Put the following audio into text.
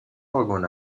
واگن